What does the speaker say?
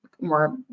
more